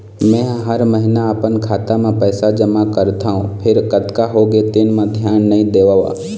मेंहा हर महिना अपन खाता म पइसा जमा करथँव फेर कतका होगे तेन म धियान नइ देवँव